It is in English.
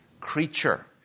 creature